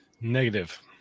Negative